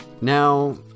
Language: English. Now